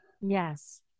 Yes